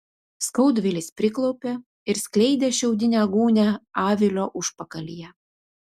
skaudvilis priklaupė ir skleidė šiaudinę gūnią avilio užpakalyje